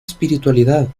espiritualidad